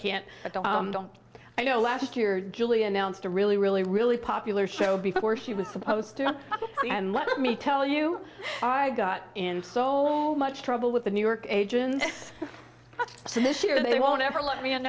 can't i know last year julie announced a really really really popular show before she was supposed to and let me tell you i got in so much trouble with the new york agent that's so this year they won't ever let me an